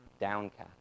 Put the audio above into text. downcast